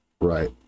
Right